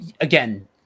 again